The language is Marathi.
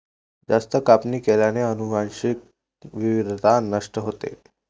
जास्त कापणी केल्याने अनुवांशिक विविधता नष्ट होते